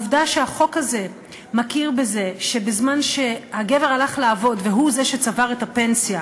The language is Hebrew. החוק הזה מכיר בזה שהגבר הלך לעבוד והוא זה שצבר את הפנסיה,